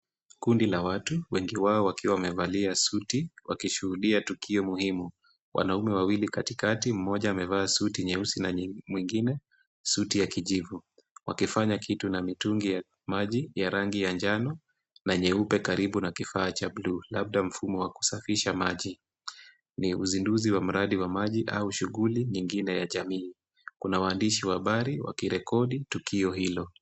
Kundi la watu, wengi wao wakiwa wamevalia suti wakishuhudia tukio muhimu. Wanaume wawili katikati, mmoja amevaa suti nyeusi na mwingine suti ya kijivu wakifanya kitu na mitungi ya maji ya rangi ya njano na nyeupe karibu na kifaa cha bluu labda mfumo wa kusafisha maji. Ni uzinduzi wa mradi wa maji au shughuli nyingine ya jamii. Kuna waandishi wa habari wakirekodi tukio hilo.